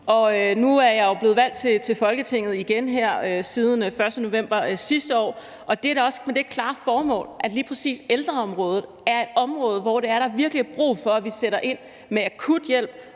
og nu jeg jo igen blevet valgt til Folketinget den 1. november sidste år, og det er da også med det klare formål at sætte ind på lige præcis ældreområdet, som er et område, hvor der virkelig er brug for at vi sætter ind med akut hjælp